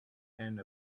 and